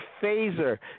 phaser